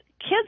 Kids